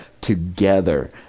together